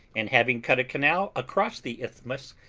and having cut a canal across the isthmus,